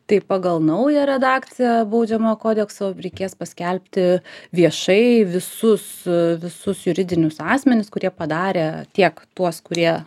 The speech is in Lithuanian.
tai pagal naują redakciją baudžiamojo kodekso reikės paskelbti viešai visus visus juridinius asmenis kurie padarė tiek tuos kurie